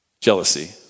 Jealousy